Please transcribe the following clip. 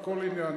על כל עניין.